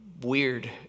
weird